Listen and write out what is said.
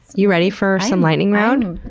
you ready for some lightning round?